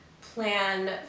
plan